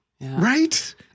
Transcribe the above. right